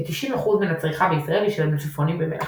כ-90% מן הצריכה בישראל היא של מלפפונים במלח.